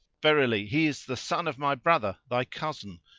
verily he is the son of my brother, thy cousin,